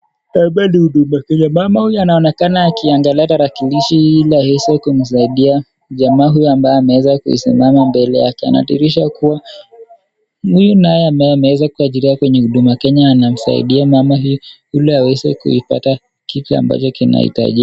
Hapa ni Huduma Kenya, mama huyu anaonekana akiangalia tarakilishi hii ili aweze kumsaidia jamaa huyu ambaye ameweza kusimama mbele yake, anadhihirisha kuwa, huyu naye ameweza kuajiriwa kwenye Huduma Kenya anamsaidia mama huyu ili aweze kuipata kile ambacho kinahitajika.